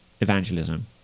evangelism